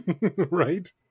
right